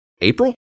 April